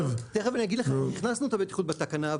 הכנסנו את הבטיחות בתקנה,